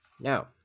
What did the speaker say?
Now